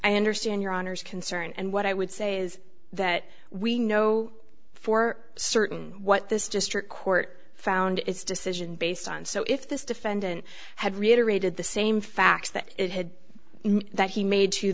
i understand your honour's concern and what i would say is that we know for certain what this district court found its decision based on so if this defendant had reiterated the same facts that it had in that he made